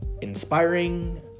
inspiring